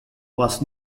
was